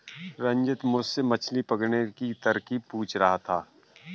रंजित मुझसे मछली पकड़ने की तरकीब पूछ रहा था